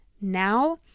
now